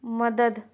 مدد